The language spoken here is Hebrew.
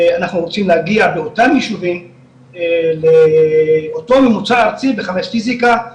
אנחנו רוצים להגיע באותם יישובים לאותו ממוצע ארצי ב-5 פיסיקה,